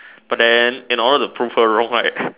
but then in order to prove her wrong right